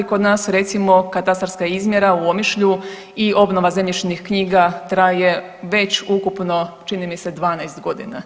Kod nas recimo katastarska izmjera u Omišlju i obnova zemljišnih knjiga traje već ukupno čini mi se 12.g.